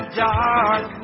dark